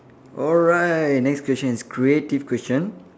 alright next question is creative question